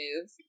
move